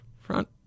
front